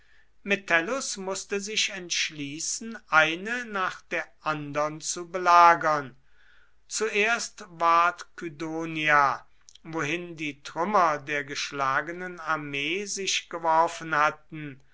metellus mußte sich entschließen eine nach der andern zu belagern zuerst ward kydonia wohin die trümmer der geschlagenen armee sich geworfen hatten